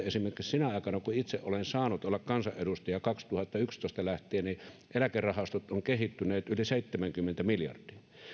esimerkiksi sinä aikana kun itse olen saanut olla kansanedustaja vuodesta kaksituhattayksitoista lähtien niin eläkerahastot ovat kehittyneet yli seitsemänkymmentä miljardia